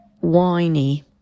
whiny